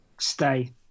Stay